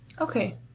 okay